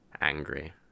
angry